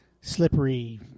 slippery